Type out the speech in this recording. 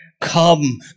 come